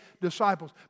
disciples